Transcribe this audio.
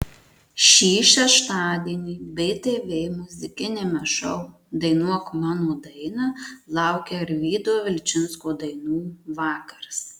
šį šeštadienį btv muzikiniame šou dainuok mano dainą laukia arvydo vilčinsko dainų vakaras